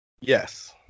Yes